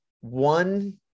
one